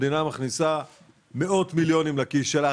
המדינה מכניסה מאות מיליונים לכיס שלה,